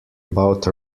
about